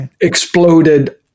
exploded